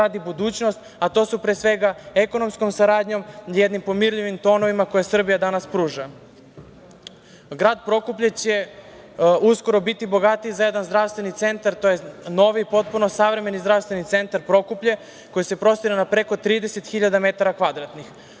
a to je pre svega ekonomskom saradnjom i pomirljivim tonovima koje Srbija danas pruža. Grad Prokuplje će uskoro biti bogatiji za jedan zdravstveni centar. To je novi, potpuno savremeni Zdravstveni centar Prokuplje koji se prostire na preko 30 hiljada metara kvadratnih. To